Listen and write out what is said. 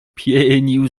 pienił